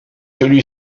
celui